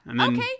Okay